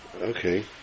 okay